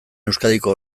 euskadiko